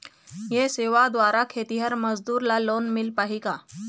ये सेवा द्वारा खेतीहर मजदूर ला लोन मिल पाही का?